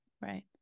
right